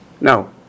No